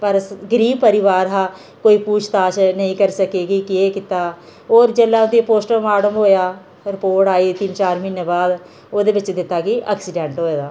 पर गरीब परिवार हा कोई पुच्छताश नेईं करी कि केह् कीता होर जिसलै उंदी पोस्टमार्डम होएआ रपोर्ट आई तिन्न चार म्हीने बाद ओह्दे बिच्च दित्ता कि ऐक्सीडेंट होऐ दा